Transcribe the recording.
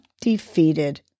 defeated